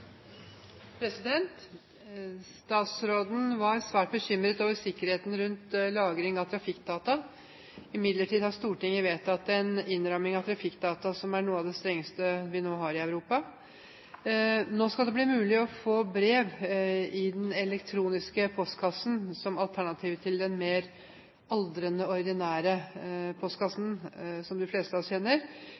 statsråden er bortreist. «Statsråden var svært bekymret over sikkerheten rundt lagring av trafikkdata. Imidlertid har Stortinget vedtatt en innstramming av lagring og sletting av trafikkdata som er noe av det strengeste i Europa. Nå skal det bli mulig å få brev og annet i den elektroniske postkassen